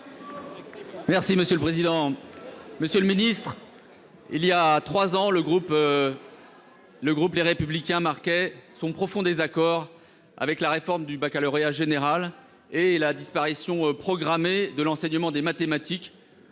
Les Républicains. Monsieur le ministre, il y a trois ans, le groupe Les Républicains marquait son profond désaccord avec la réforme du baccalauréat général et la disparition programmée de l'enseignement des mathématiques